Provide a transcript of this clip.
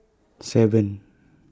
seven